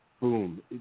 boom